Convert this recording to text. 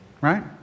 right